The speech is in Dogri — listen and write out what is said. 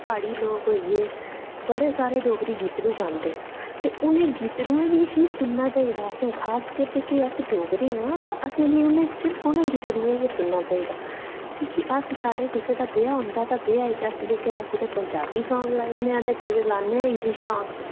प्हाड़ी लोक होई गे बड़े सारे डोगरी गितड़ू गांदे न ते उ'नें गितड़ू गी ई सुनना चांह्दी असें गी खास करियै अस डोगरे आं असें गी उ'नें गितड़ू गी ई सुनना चाहिदा की के अस साढ़े कुसै दा ब्याह होंदा ता अस जेह्के तां कुतै तां पंजाबी सांग लाई छोड़ने आं ते कुतै लान्ने आं इंग्लिश सांग